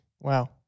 Wow